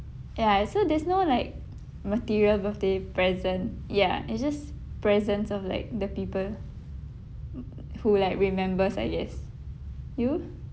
ya so there's no like material birthday present ya it's just presence of like the people m~ who like remembers uh yes you